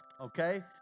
okay